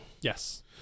yes